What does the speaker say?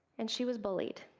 and she was bullied,